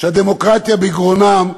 שהדמוקרטיה בגרונם,